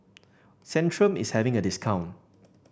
centrum is having a discount